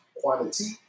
quantity